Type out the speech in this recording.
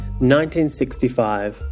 1965